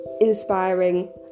inspiring